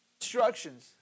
instructions